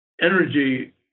energy